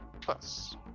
plus